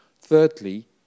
Thirdly